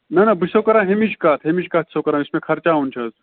نہ نہ بہٕ چھُسو کَران ہمچ کتھ ہمِچ کَتھ چھُسو کَران یُس مےٚ خرچاوُن چھُ حظ